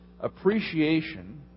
appreciation